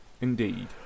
Indeed